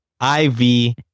I-V